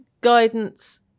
guidance